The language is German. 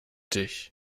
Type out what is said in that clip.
dich